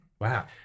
Wow